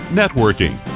networking